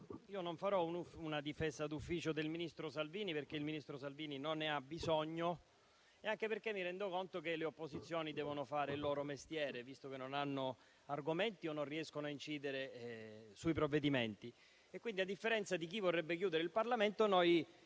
non farò una difesa d'ufficio del ministro Salvini, perché non ne ha bisogno e anche perché mi rendo conto che le opposizioni devono fare il loro mestiere, visto che non hanno argomenti o non riescono a incidere sui provvedimenti. Quindi, a differenza di chi vorrebbe chiudere il Parlamento per